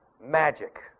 magic